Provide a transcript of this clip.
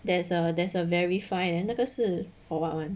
there's a there's a verify and 那个是 for what [one]